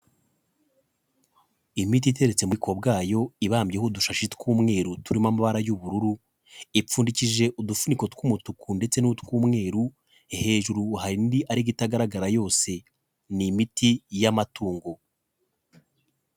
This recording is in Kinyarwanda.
Imiti iteretse mu bubiko bwayo ibambyeho udushashi tw'umweru turimo amabara y'ubururu, ipfundikije udufuniko tw'umutuku ndetse n'utw'umweru, hejuru hari indi ariko itagaragara yose, ni imiti y'amatungo.